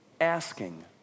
asking